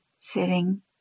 sitting